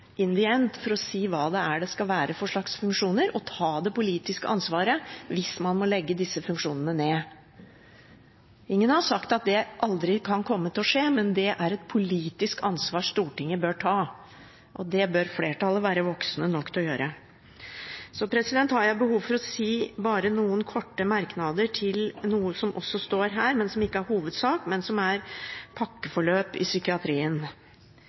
inn igjen og si hva slags funksjoner det skal være, ta det politiske ansvaret hvis man må legge disse funksjonene ned. Ingen har sagt at det aldri kan komme til å skje, men det er et politisk ansvar Stortinget bør ta, og det bør flertallet være voksne nok til å gjøre. Jeg har også behov for å gi noen korte merknader til noe som også står her, som ikke er hovedsak, men som gjelder pakkeforløp i psykiatrien.